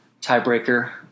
tiebreaker